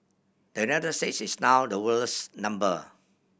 the is now the world's number